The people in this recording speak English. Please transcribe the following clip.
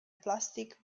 plastic